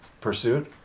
pursuit